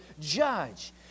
judge